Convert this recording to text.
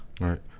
Right